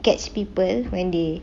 catch people when they